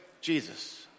Jesus